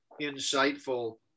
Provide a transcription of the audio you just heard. insightful